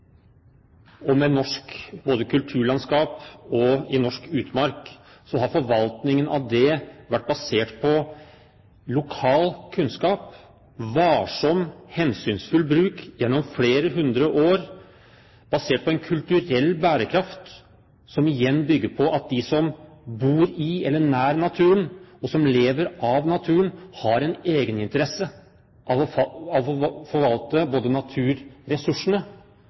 tradisjonen med både norsk kulturlandskap og norsk utmark har forvaltningen vært basert på lokal kunnskap og varsom, hensynsfull bruk gjennom flere hundre år, basert på en kulturell bærekraft, som igjen bygger på at de som bor i eller nær naturen, og som lever av naturen, har en egeninteresse av å forvalte naturressursene og naturen som leveområde, både for